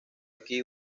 aquí